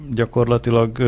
gyakorlatilag